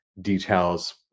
details